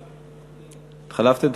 התחלפתם?